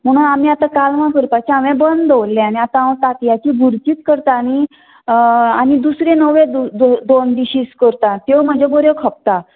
म्हणून आमी आतां कालवांं करपाचें हांवें बंद दवरलें आनी आतां हांव तातयांची भुर्जीच करता आनी दुसरे नवे दो दो दोन डिशीज करता त्यो म्हज्यो बऱ्यो खपता